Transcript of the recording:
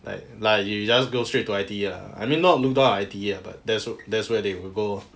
like like you just go straight to I_T_E lah I mean not look down on I_T_E ah but that's where that's where they would go lor